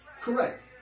Correct